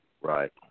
Right